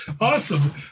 Awesome